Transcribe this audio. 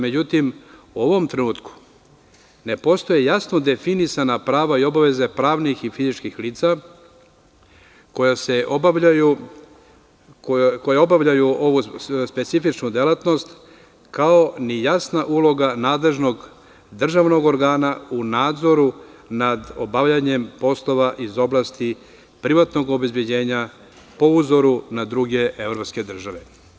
Međutim, u ovom trenutku ne postoje jasno definisana prava i obaveze pravnih i fizičkih lica koja obavljaju ovu specifičnu delatnost, kao ni jasna uloga nadležnog državnog organa u nadzoru nad obavljanjem poslova iz oblasti privatnog obezbeđenja po uzoru na druge evropske države.